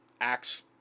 Acts